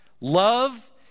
Love